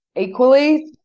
Equally